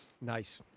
Nice